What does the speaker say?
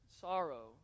sorrow